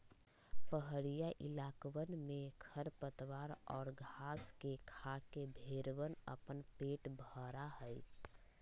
पहड़ीया इलाकवन में खरपतवार और घास के खाके भेंड़वन अपन पेट भरा हई